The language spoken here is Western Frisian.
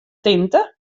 tinte